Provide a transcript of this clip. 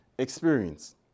experience